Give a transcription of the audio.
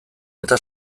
eta